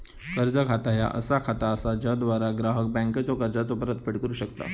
कर्ज खाता ह्या असा खाता असा ज्याद्वारा ग्राहक बँकेचा कर्जाचो परतफेड करू शकता